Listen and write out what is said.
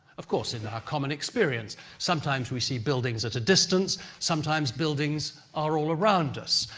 of course, in our common experience, sometimes we see buildings at a distance, sometimes buildings are all around us,